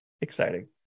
exciting